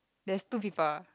there's two people